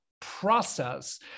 process